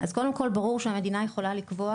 אז קודם כל ברור שהמדינה יכולה לקבוע